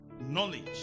knowledge